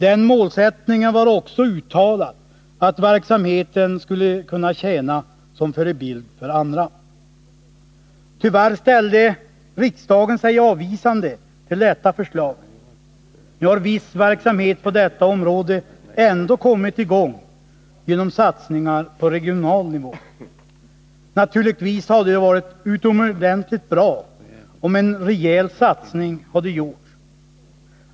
Den målsättningen var också uttalad att verksamheten skulle kunna tjäna som förebild för andra. Tyvärr ställde sig riksdagen avvisande till detta förslag. Nu har viss verksamhet på detta område ändå kommit i gång genom satsningar på regional nivå. Naturligtvis hade det varit utomordentligt bra, om en rejäl satsning hade gjorts.